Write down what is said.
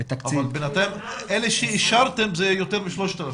אלה שאישרתם הם יותר מ-3,000.